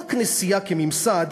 לא הכנסייה כממסד,